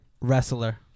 wrestler